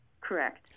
Correct